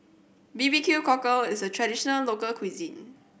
B B Q Cockle is a traditional local cuisine